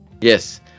Yes